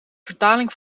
vertaling